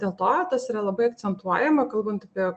dėl to tas yra labai akcentuojama kalbant apie